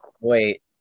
Wait